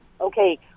Okay